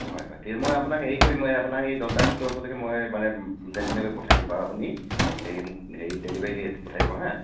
হয় হয় ঠিক মই আপোনাক হেৰি কৰিম মই আপোনাক এই জনতা স্কুলৰ ওচৰলৈকে মই মানে যেনে তেনে পঠাই দিম বাৰু আপুনি এই হেৰি ডেলিভাৰী হেৰি পঠাই দিব হা